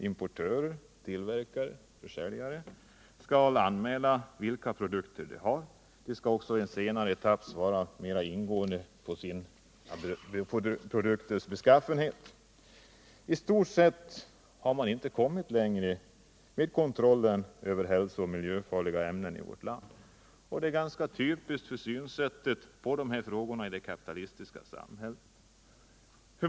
Importörer, tillverkare och försäljare skall anmäla vilka produkter som de har och i en senare etapp också ge mer ingående svar beträffande dessa produkters beskaffenhet. I stort sett har man inte kommit längre med kontrollen över hälsooch miljöfarliga ämnen i vårt land. Det är ganska typiskt för synsättet på de här frågorna i det kapitalistiska samhället.